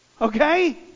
Okay